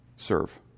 Serve